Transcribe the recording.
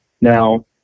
Now